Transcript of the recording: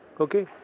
Okay